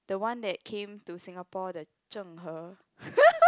the one that came to Singapore the Zheng-He